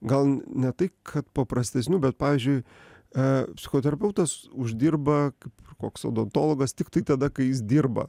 gal ne tai kad paprastesnių bet pavyzdžiui psichoterapeutas uždirba kaip koks odontologas tiktai tada kai jis dirba